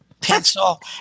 pencil